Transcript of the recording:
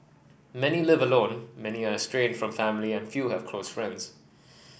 many live alone many are estranged from family and few have close friends